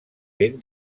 ben